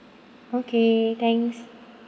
okay thanks